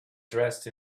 dressed